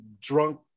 drunk